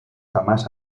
jamás